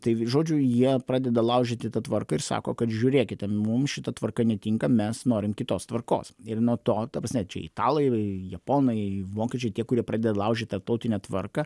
tai žodžiu jie pradeda laužyti tą tvarką ir sako kad žiūrėkite mums šita tvarka netinka mes norim kitos tvarkos ir nuo to ta prasme čia italai japonai vokiečiai tie kurie pradeda laužyt tarptautinę tvarką